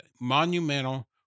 monumental